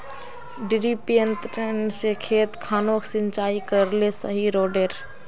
डिरिपयंऋ से खेत खानोक सिंचाई करले सही रोडेर?